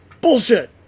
bullshit